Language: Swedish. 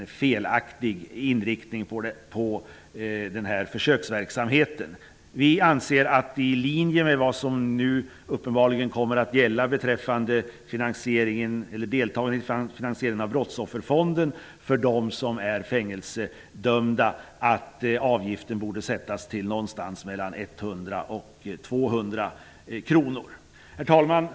Den ger försöksverksamheten en felaktig inriktning. I linje med vad som nu uppenbarligen kommer att gälla beträffande de fängelsedömdas deltagande i finansieringen av brottsofferfonden, anser vi att avgiften borde sättas någonstans mellan 100 och Herr talman!